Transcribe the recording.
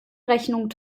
rechnung